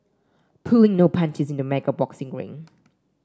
pulling no punches in the mega boxing ring